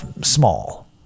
small